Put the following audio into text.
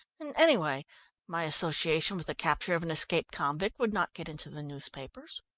and anyway my association with the capture of an escaped convict would not get into the newspapers.